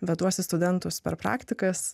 veduosi studentus per praktikas